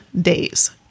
days